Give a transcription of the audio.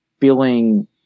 feeling